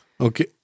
Okay